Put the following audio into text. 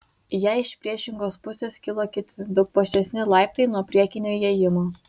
į ją iš priešingos pusės kilo kiti daug puošnesni laiptai nuo priekinio įėjimo